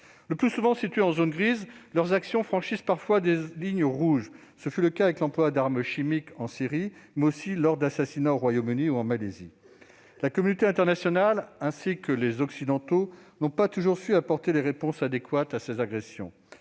Le plus souvent accomplies en zones grises, leurs actions franchissent parfois des lignes rouges : ce fut le cas avec l'emploi d'armes chimiques en Syrie, mais aussi lors d'assassinats au Royaume-Uni ou en Malaisie. La communauté internationale ainsi que les Occidentaux n'ont pas toujours su apporter les réponses adéquates à ces agressions.